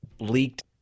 leaked